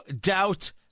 doubt